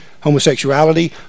Homosexuality